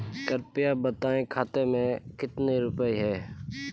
कृपया बताएं खाते में कितने रुपए हैं?